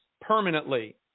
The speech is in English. permanently